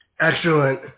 Excellent